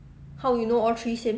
how you know all three same